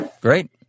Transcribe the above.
Great